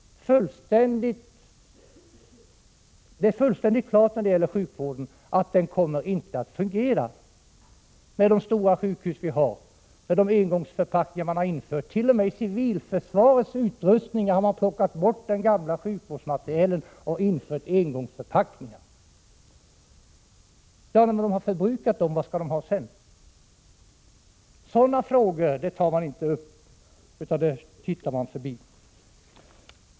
Det är fullständigt klart att sjukvården med de stora sjukhus vi har och med de engångsförpackningar som har införts inte kommer att fungera i ett krig. T.o.m. i civilförsvarets utrustning har man plockat bort den gamla sjukvårdsmaterielen och infört engångsförpackningar. Och när de har förbrukats, vad skall man då använda? — Sådana frågor tar man inte upp utan ser förbi.